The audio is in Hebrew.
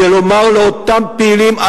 כדי לומר לאותם פעילים,